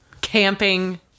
camping